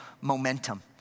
momentum